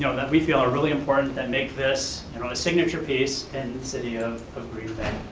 you know that we feel are really important that make this, and um a signature piece, in the city of of green